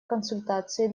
консультации